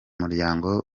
muryango